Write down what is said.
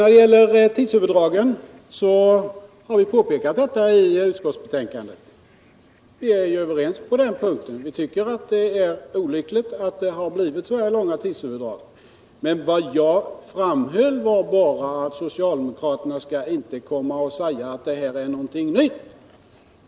När det gäller tidsöverdragen vill jag understryka att vi har påpekat dessa i utskottsbetänkandet. Vi är överens inom utskottet på den punkten. Vi tycker att det är olyckligt att det har blivit så långa tidsöverdrag. Vad jag framhöll förut var bara att socialdemokraterna inte skall komma och säga att förseningar är någonting nytt.